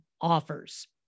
offers